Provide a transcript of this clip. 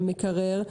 מקרר.